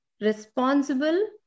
responsible